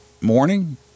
morning